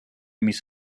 mis